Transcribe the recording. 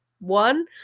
One